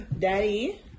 Daddy